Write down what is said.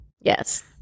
Yes